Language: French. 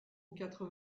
quatre